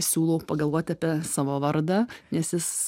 siūlau pagalvot apie savo vardą nes jis